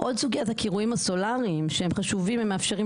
סוגיית הקירויים הסולריים שהם חשובים ומאפשרים,